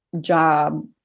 job